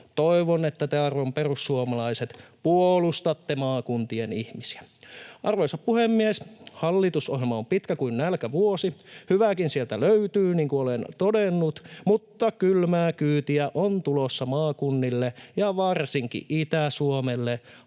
Toivon, että te, arvon perussuomalaiset, puolustatte maakuntien ihmisiä. Arvoisa puhemies! Hallitusohjelma on pitkä kuin nälkävuosi. Hyvääkin sieltä löytyy, niin kuin olen todennut, mutta kylmää kyytiä on tulossa maakunnille ja varsinkin Itä-Suomelle,